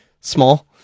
small